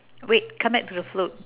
wait come back to the float